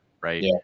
right